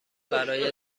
برایت